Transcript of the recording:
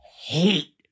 hate